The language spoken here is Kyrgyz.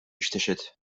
иштешет